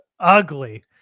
ugly